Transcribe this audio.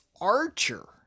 archer